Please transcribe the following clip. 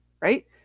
right